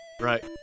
Right